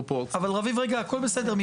רביב, הכול בסדר.